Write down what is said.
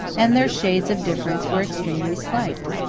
and their shades of difference were extremely slight.